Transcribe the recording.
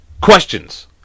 Questions